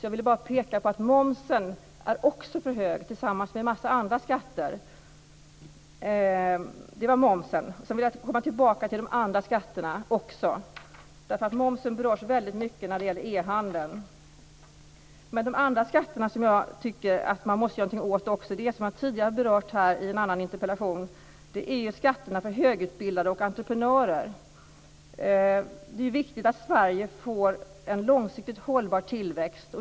Jag vill alltså peka på att också momsen är för hög, tillsammans med en massa andra skatter. Jag vill också ta upp de här andra skatterna. Momsen berörs väldigt mycket när det gäller ehandeln. Men de andra skatterna som jag också tycker att man måste göra någonting åt är, som jag tidigare har berört i en annan interpellation, de för högutbildade och entreprenörer. Det är viktigt att Sverige får en långsiktigt hållbar tillväxt.